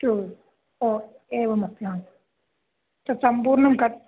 two ओ एवमस्ति हा तत्सम्पूर्णं कति